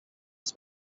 els